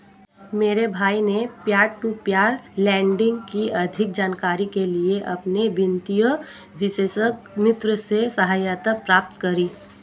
मेरे भाई ने पियर टू पियर लेंडिंग की अधिक जानकारी के लिए अपने वित्तीय विशेषज्ञ मित्र से सहायता प्राप्त करी